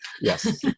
Yes